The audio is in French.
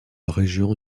région